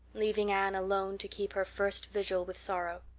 leaving anne alone to keep her first vigil with sorrow.